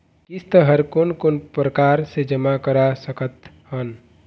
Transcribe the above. किस्त हर कोन कोन प्रकार से जमा करा सकत हन?